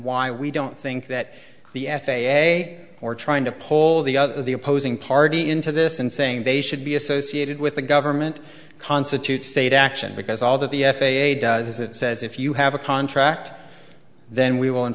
why we don't think that the f a a or trying to pull the other the opposing party into this and saying they should be associated with the government constitutes state action because all that the f a a does is it says if you have a contract then we w